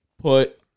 put